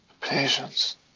patience